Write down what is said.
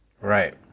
Right